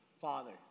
Father